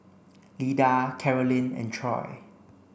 Lida Carolynn and Troy